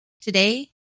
Today